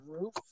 roof